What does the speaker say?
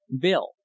Bill